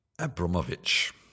Abramovich